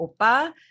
opa